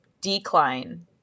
decline